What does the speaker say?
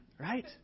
right